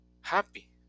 happy